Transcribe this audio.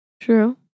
True